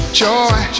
joy